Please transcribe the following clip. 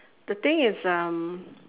the thing is um